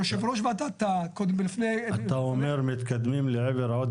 יושב ראש לפני --- אתה אומר מתקדמים לעבר עוד